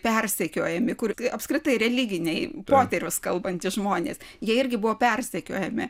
persekiojami kur apskritai religiniai poterius kalbantys žmonės jie irgi buvo persekiojami